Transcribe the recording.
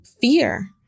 fear